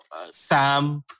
Sam